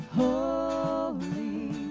holy